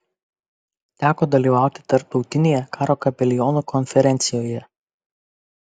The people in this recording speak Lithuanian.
teko dalyvauti tarptautinėje karo kapelionų konferencijoje